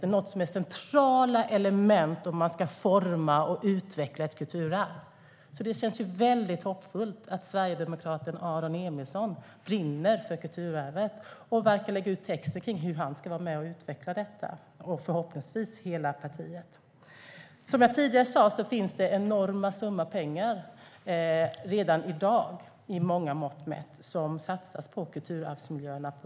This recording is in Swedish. Det är något som är centrala element om man ska forma och utveckla ett kulturarv. Det känns väldigt hoppfullt att sverigedemokraten Aron Emilsson brinner för kulturarvet och verkar lägga ut texten om hur han och förhoppningsvis hela partiet ska vara med och utveckla detta. Som jag tidigare sa finns det redan i dag och med många mått mätt enorma summor pengar som på olika sätt satsas på kulturarvsmiljöerna.